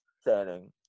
standing